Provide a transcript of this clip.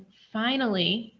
finally,